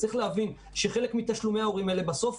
צריך להבין שחלק מתשלומי ההורים האלה בסוף